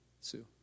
Sue